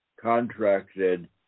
contracted